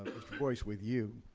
boyce, with you.